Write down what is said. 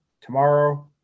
Tomorrow